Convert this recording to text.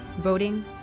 voting